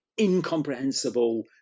incomprehensible